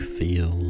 feel